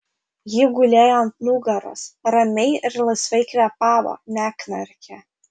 ji gulėjo ant nugaros ramiai ir laisvai kvėpavo neknarkė